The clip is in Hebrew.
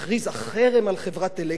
הכריזה חרם על חברת "אלקטרה",